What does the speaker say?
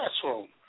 classroom